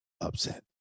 upset